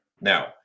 Now